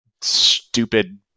stupid